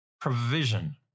provision